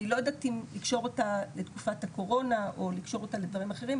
אני לא יודעת אם לקשור אותה לתקופת הקורונה או לקשור אותה לדברים אחרים,